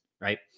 right